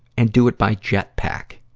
and do it by jetpack.